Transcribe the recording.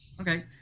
Okay